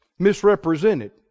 misrepresented